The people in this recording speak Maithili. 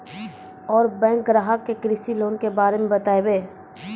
और बैंक ग्राहक के कृषि लोन के बारे मे बातेबे?